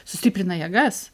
sustiprina jėgas